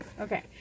Okay